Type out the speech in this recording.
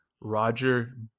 roger